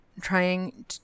trying